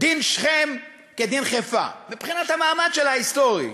דין שכם כדין חיפה, מבחינת המעמד שלה, ההיסטורי.